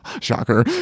shocker